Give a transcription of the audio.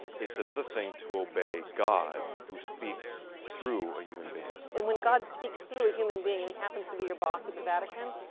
it's another thing to obey god, who speaks through a human being. and when god speaks through a human being and he happens to be your boss in the vatican.